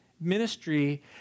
ministry